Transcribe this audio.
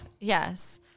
Yes